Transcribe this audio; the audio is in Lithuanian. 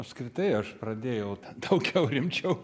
apskritai aš pradėjau daug rimčiau